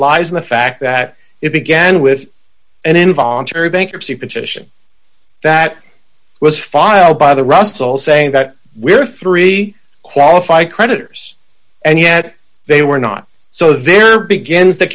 lies in the fact that it began with an involuntary bankruptcy petition that was filed by the russell saying that we're three qualify creditors and yet they were not so there begins th